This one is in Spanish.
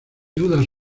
dudas